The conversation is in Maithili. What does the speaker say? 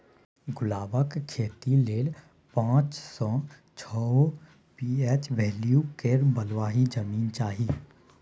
गुलाबक खेती लेल पाँच सँ छओ पी.एच बैल्यु केर बलुआही जमीन चाही